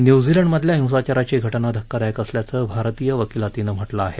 न्युझिलंडमधल्या हिंसाचाराची घटना धक्कादायक असल्याचं भारतीय वकीलातीनं म्हटलं आहे